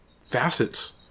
facets